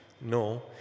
No